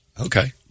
Okay